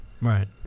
Right